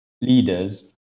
leaders